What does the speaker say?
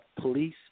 police